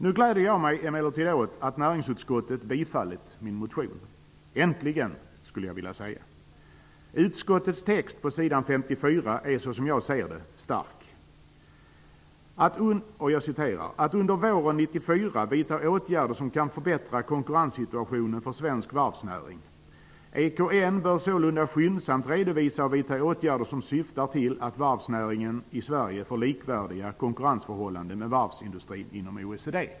Jag gläder mig emellertid åt att näringsutskottet tillstyrkt min motion. Äntligen, skulle jag vilja säga. Utskottets skrivning på s. 54 är som jag ser det stark. Utskottet uttalar där att det noga bör prövas ''att under våren 1994 vidta åtgärder som kan förbättra konkurrenssituationen för svensk varvsnäring. EKN bör sålunda skyndsamt redovisa sitt uppdrag till regeringen.'' Vidare säger utskottet att regeringen bör vidta åtgärder ''som syftar till att varvsnäringen i Sverige får likvärdiga konkurrensförhållanden med varvsindustrin inom OECD''.